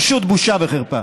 פשוט בושה וחרפה.